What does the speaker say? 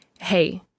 hey